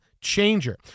changer